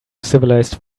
civilized